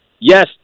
yes